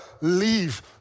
leave